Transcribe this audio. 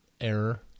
error